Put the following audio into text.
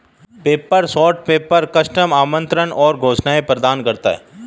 paper source paper, custom आमंत्रण और घोषणाएं प्रदान करता है